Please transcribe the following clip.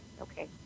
Okay